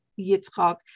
Yitzchak